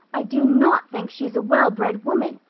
i do not think she is a well-bred woman.